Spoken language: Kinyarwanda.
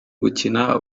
gukina